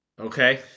Okay